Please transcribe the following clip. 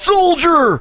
Soldier